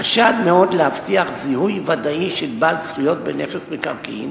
קשה עד מאוד להבטיח זיהוי ודאי של בעל זכויות בנכס מקרקעין